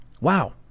Wow